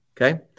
okay